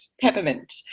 peppermint